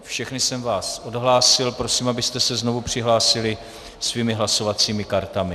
Všechny jsem vás odhlásil, prosím, abyste se znovu přihlásili svými hlasovacími kartami.